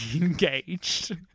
engaged